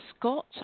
Scott